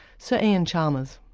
sir iain chalmers.